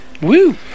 Woo